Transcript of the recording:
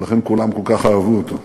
ולכן כולם כל כך אהבו אותו.